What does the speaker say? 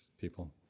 people